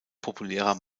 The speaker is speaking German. populärer